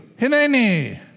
Hineni